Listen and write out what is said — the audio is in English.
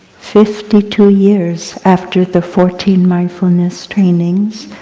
fifty two years after the fourteen mindfulness trainings,